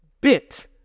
bit